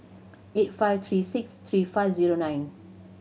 eight five three six three five zero nine